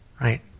right